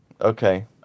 okay